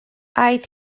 aeth